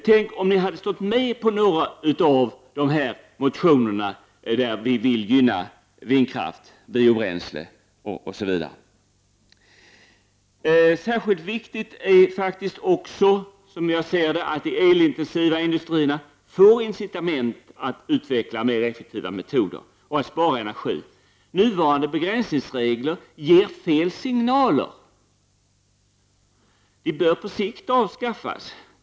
Tänk om ni hade stått med som undertecknare på några av de motioner där vi föreslår att vi skall gynna vindkraft, biobränsle osv.! Särskilt viktigt är faktiskt också att de elintensiva industrierna får incitament att utveckla mer effektiva metoder och att spara energi. Nuvarande begränsningsregler ger felaktiga signaler. De bör på sikt avskaffas.